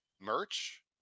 merch